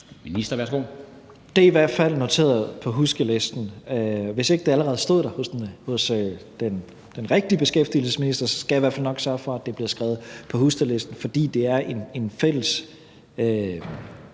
Tesfaye (fg.): Det er i hvert fald noteret på huskelisten. Hvis ikke det allerede står på huskelisten hos den rigtige beskæftigelsesminister, skal jeg i hvert fald nok sørge for, at det bliver skrevet på huskelisten, fordi det er en fælles